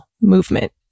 movement